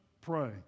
pray